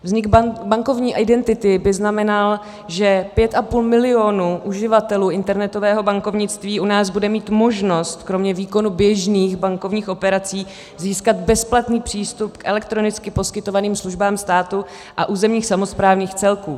Vznik bankovní identity by znamenal, že 5,5 milionu uživatelů internetového bankovnictví u nás bude mít možnost, kromě výkonu běžných bankovních operací, získat bezplatný přístup k elektronicky poskytovaným službám státu a územních samosprávných celků.